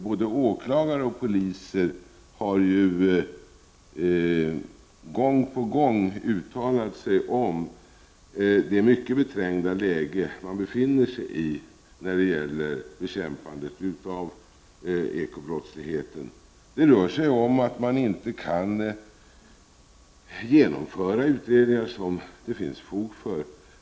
Både åklagare och poliser har ju gång på gång uttalat sig om det mycket beträngda läge som man befinner sig i när det gäller bekämpandet av ekobrottsligheten. Det rör sig om att man inte kan genomföra utredningar som det finns fog för.